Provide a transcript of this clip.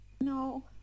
no